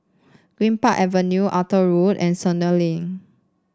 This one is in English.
Greenpark Avenue Arthur Road and Sentul Link